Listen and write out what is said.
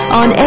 on